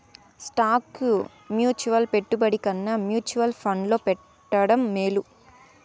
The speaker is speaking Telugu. స్టాకు మ్యూచువల్ పెట్టుబడి కన్నా మ్యూచువల్ ఫండ్లో పెట్టడం మేలు